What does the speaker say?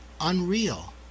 unreal